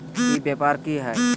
ई व्यापार की हाय?